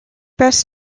best